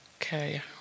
Okay